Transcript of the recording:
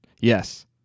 Yes